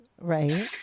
Right